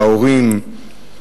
להורים,